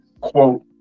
quote